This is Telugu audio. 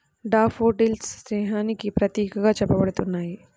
డాఫోడిల్స్ స్నేహానికి ప్రతీకగా చెప్పబడుతున్నాయి